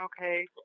Okay